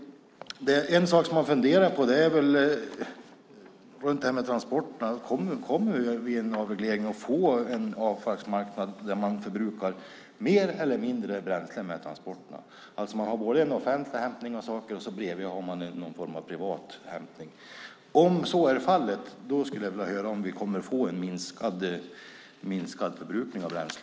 En sak som man funderar på är transporterna. Kommer vi vid en avreglering att få en avfallsmarknad där man förbrukar mer eller mindre bränsle med transporterna? Man har en offentlig hämtning, och bredvid har man någon form av privat hämtning. Om så är fallet skulle jag vilja höra om vi kommer att få en minskad förbrukning av bränsle.